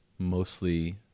mostly